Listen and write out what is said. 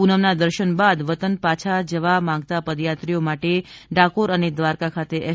પૂનમ ના દર્શન બાદ વતન પાછા જવા માંગતા પદયાત્રીઓ માટે ડાકોર અને દ્વારકા ખાતે એસ